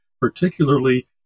particularly